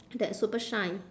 that super shine